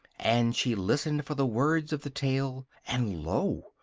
and she listened for the words of the tale, and lo!